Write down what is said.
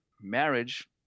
marriage